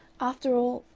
after all,